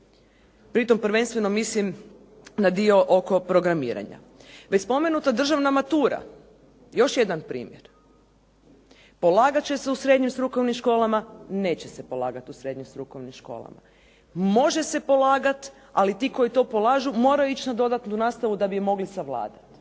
Pritom prvenstveno mislim na dio oko programiranja. Već spomenuta državna matura, još jedan primjer, polagat će se u srednjim strukovnim školama, neće se polagati u srednjim strukovnim školama. Može se polagati ali ti koji to polažu moraju ići na dodatnu nastavu da bi je mogli savladati.